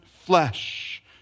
flesh